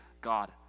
God